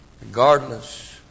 regardless